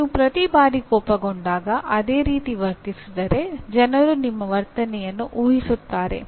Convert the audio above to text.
ನೀವು ಪ್ರತಿ ಬಾರಿ ಕೋಪಗೊಂಡಾಗ ಅದೇ ರೀತಿ ವರ್ತಿಸಿದರೆ ಜನರು ನಿಮ್ಮ ವರ್ತನೆಯನ್ನು ಊಹಿಸುತ್ತಾರೆ